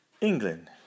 England